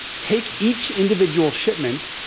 take each individual shipment,